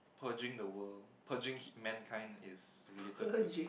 purging the world purging man kind if related